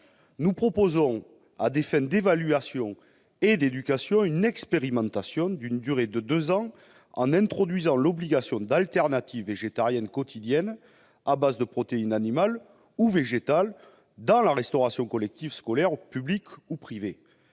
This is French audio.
Nous proposons, à des fins d'évaluation et d'éducation, une expérimentation d'une durée de deux ans, en introduisant l'obligation d'alternatives végétariennes quotidiennes à base de protéines animales ou végétales dans la restauration collective scolaire publique ou privée.